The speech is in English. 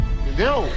Entendeu